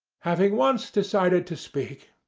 having once decided to speak,